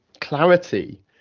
clarity